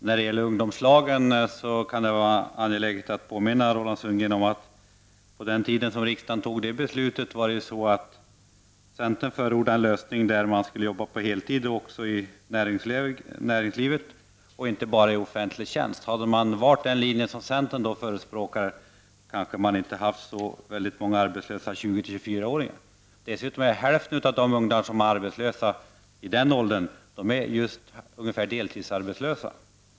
Herr talman! När det gäller ungdomslagen kan det vara angeläget att påminna Roland Sundgren om att när riksdagen fattade det beslutet förordade centern en lösning där man skulle arbeta på heltid även i näringslivet, inte bara i offentlig tjänst. Hade man valt den linje som centern då förespråkade hade vi kanske inte haft så många arbetslösa 20-24-åringar i dag. Hälften av ungdomarna i den åldern som är arbetslösa är dessutom deltidsarbetstösa.